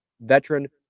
veteran